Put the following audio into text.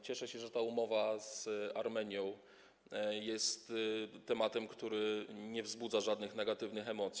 Cieszę się, że ta umowa z Armenią jest tematem, który nie wzbudza żadnych negatywnych emocji.